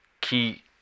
key